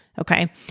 Okay